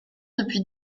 depuis